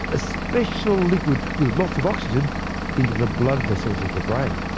a special liquid with lots of oxygen into the blood vessels of the brain.